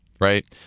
right